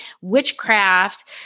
witchcraft